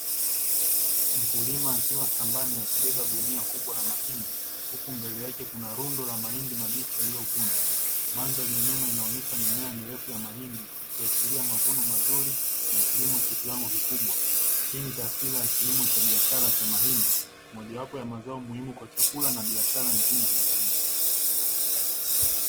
Mkulima akiwa shambani akibeba gunia kubwa la mahindi, huku mbele yake kuna rundo la mahindi mabichi yaliyovunwa. Mandhari ya nyuma inaonyesha mimea mirefu ya mahindi, ikiasahiria mavuno mazuri na kilimo cha kiwango kikubwa. Hii ni taswira ya kilimo cha biashara cha mahindi, moja wapo ya mazao muhimu kwa chakula na biashara nchini Tanzania.